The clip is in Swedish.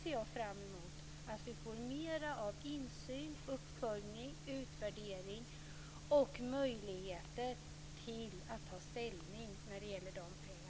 Jag ser fram emot att vi får mer insyn, uppföljning, utvärdering och möjligheter till att ta ställning i fråga om de pengarna.